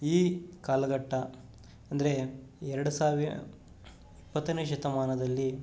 ಈ ಕಾಲಘಟ್ಟ ಅಂದರೆ ಎರಡು ಸಾವಿರ ಇಪ್ಪತ್ತನೇ ಶತಮಾನದಲ್ಲಿ